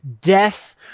death